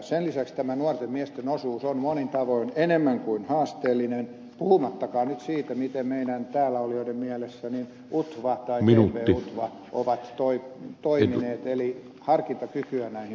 sen lisäksi tämä nuorten miesten osuus on monin tavoin enemmän kuin haasteellinen puhumattakaan nyt siitä miten meidän täällä olijoiden mielessä utva tai tp utva ovat toimineet eli harkintakykyä näihin puuhiin